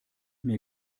mir